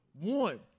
One